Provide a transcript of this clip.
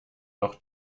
noch